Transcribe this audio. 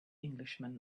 englishman